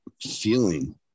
feeling